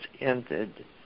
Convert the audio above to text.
ended